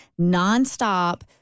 nonstop